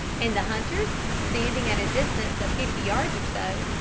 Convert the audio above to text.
and the hunters, standing at a distance of fifty yards or so,